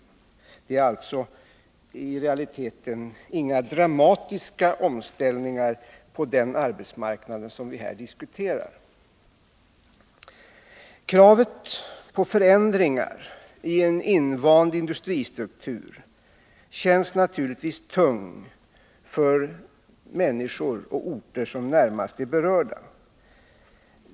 I realiteten är det alltså inte fråga om några dramatiska omställningar på den arbetsmarknad vi här diskuterar. Kravet på förändringar i en invand industristruktur känns naturligtvis tungt för de människor och orter som närmast är berörda.